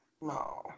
no